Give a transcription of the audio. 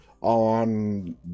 on